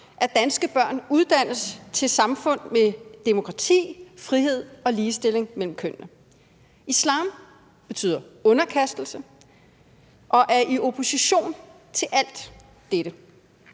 at danske børn uddannes til et samfund med demokrati, frihed og ligestilling mellem kønnene. Islam betyder underkastelse og er i opposition til alt dette;